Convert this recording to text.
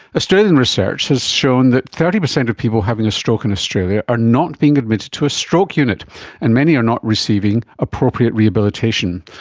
australian research has shown that thirty percent of people having a stroke in australia are not being admitted to a stroke unit and many are not receiving appropriate rehabilitation.